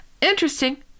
Interesting